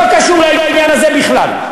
לא קשור לעניין הזה בכלל.